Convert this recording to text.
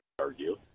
argue